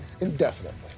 indefinitely